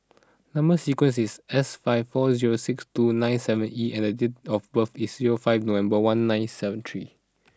number sequence is S five four zero six two nine seven E and date of birth is zero five November one nine seven three